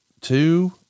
two